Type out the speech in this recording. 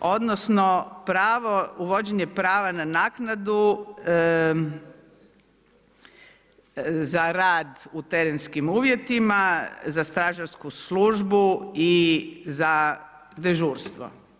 odnosno uvođenje prava na naknadu za rad u terenskim uvjetima za stražarsku službu i za dežurstvo.